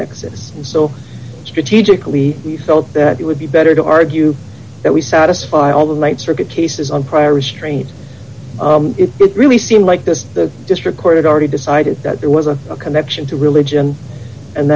nexus and so strategically we felt that it would be better to argue that we satisfy all the th circuit cases on prior restraint it really seemed like this the district court had already decided that there was a connection to religion and